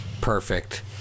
perfect